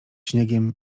śniegiem